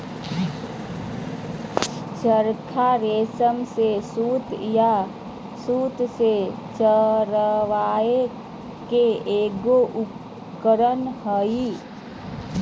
चरखा रेशा से सूत या सूत के चरावय के एगो उपकरण हइ